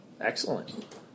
Excellent